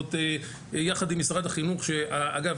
מוסדות יחד עם משרד החינוך שאגב,